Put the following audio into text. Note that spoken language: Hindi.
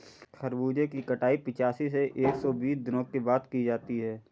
खरबूजे की कटाई पिचासी से एक सो बीस दिनों के बाद की जाती है